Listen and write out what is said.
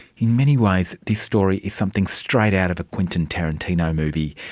in many ways this story is something straight out of a quentin tarantino movie.